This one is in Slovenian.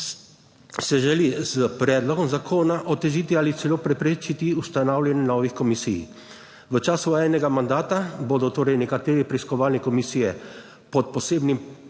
se želi s predlogom zakona otežiti ali celo preprečiti ustanavljanje novih komisij. V času enega mandata bodo torej nekatere preiskovalne komisije pod posebnim